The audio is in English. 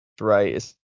right